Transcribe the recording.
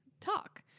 talk